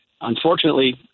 Unfortunately